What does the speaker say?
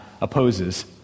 opposes